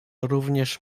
również